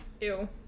Ew